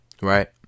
right